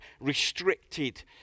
restricted